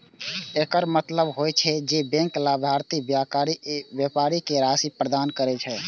एकर मतलब होइ छै, जे बैंक लाभार्थी व्यापारी कें राशि प्रदान करै छै